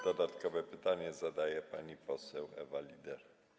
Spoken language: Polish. Dodatkowe pytanie zadaje pani poseł Ewa Lieder.